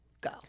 Go